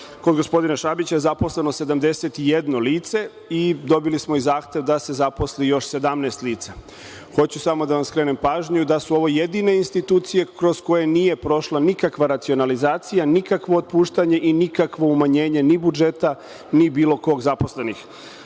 Kod gospodina Šabića je zaposleno 71 lice i dobili smo zahtev da se zaposli još 17 lica. Hoću samo da vam skrenem pažnju da su ovo jedine institucije kroz koje nije prošla nikakva racionalizacija, nikakvo otpuštanje i nikakvo ni umanjenje budžeta ni bilo kog od zaposlenih.